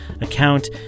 account